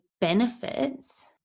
benefits